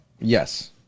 Yes